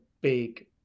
big